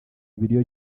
ibiryo